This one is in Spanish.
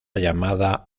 llamada